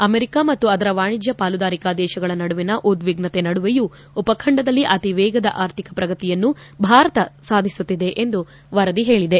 America ಮತ್ತು ಅದರ ವಾಣಿಜ್ಯ ಪಾಲುದಾರಿಕಾ ದೇಶಗಳ ನಡುವಿನ ಉದ್ವಿಗ್ನತೆ ನಡುವೆಯೂ ಉಪಖಂಡದಲ್ಲಿ ಅತಿವೇಗದ ಆರ್ಥಿಕ ಪ್ರಗತಿಯನ್ನು ಭಾರತ ಸಾಧಿಸುತ್ತಿದೆ ಎಂದು ವರದಿ ಹೇಳಿದೆ